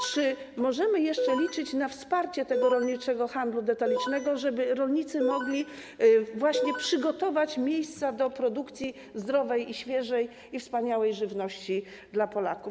Czy możemy jeszcze liczyć na wsparcie tego rolniczego handlu detalicznego, żeby rolnicy mogli przygotować miejsca do produkcji zdrowej, świeżej i wspaniałej żywności dla Polaków?